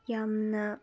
ꯌꯥꯝꯅ